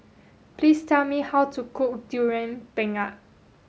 please tell me how to cook durian pengat